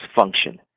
function